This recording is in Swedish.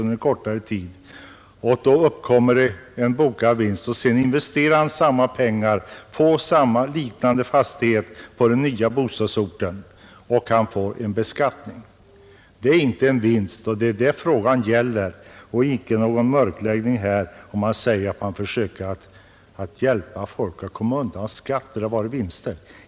Man beskattar alltså den bokföringsmässiga vinst som vederbörande sedan investerar i en liknande fastighet på den nya bostadsorten. Det har i ett sådant fall inte uppstått någon verklig vinst, och det är det frågan nu gäller. Man skall inte försöka mörklägga denna fråga genom att söka påstå att det gäller ett försök att hjälpa folk att komma undan skatt på verkliga vinster.